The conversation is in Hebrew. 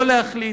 לא להחליט,